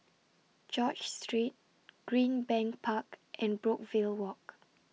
George Street Greenbank Park and Brookvale Walk